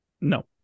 No